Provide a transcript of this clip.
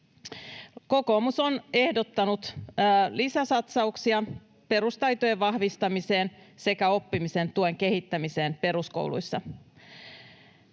Kokoomus on ehdottanut lisäsatsauksia perustaitojen vahvistamiseen sekä oppimisen tuen kehittämiseen peruskouluissa.